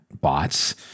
bots